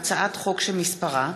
(החלטה לעניין מעצר של מפר צו הגנה),